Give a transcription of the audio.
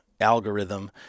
algorithm